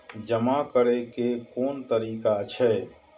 जमा करै के कोन तरीका छै?